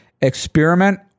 Experiment